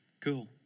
Cool